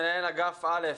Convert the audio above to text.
מנהל אגף א',